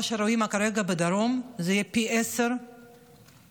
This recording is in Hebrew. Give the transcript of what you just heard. מה שרואים כרגע בדרום זה יהיה פי עשרה בצפון.